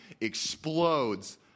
explodes